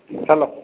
hello